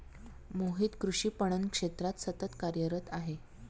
मोहित कृषी पणन क्षेत्रात सतत कार्यरत आहे